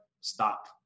stop